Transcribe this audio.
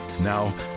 Now